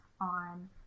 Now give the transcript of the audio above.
on